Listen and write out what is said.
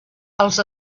als